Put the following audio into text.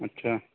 اچھا